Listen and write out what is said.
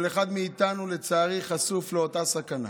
כל אחד מאיתנו לצערי חשוף לאותה סכנה,